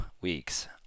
weeks